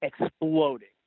exploding